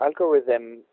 algorithm